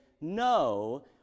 no